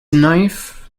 knife